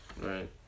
Right